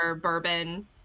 bourbon